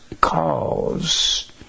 cause